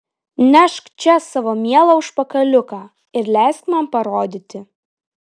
nešk čia savo mielą užpakaliuką ir leisk man parodyti